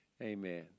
Amen